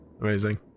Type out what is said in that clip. Amazing